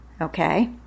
Okay